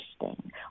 interesting